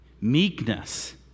Meekness